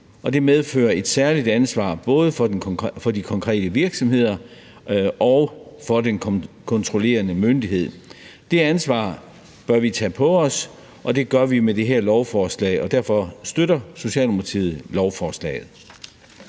det medfører et særligt ansvar både for de konkrete virksomheder og for den kontrollerende myndighed. Det ansvar bør vi tage på os, og det gør vi med det her lovforslag, og derfor støtter Socialdemokratiet lovforslaget.